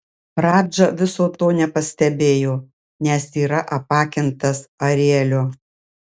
radža viso to nepastebėjo nes yra apakintas arielio